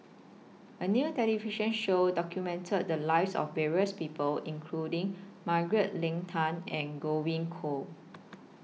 A New television Show documented The Lives of various People including Margaret Leng Tan and Godwin Koay